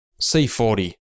C40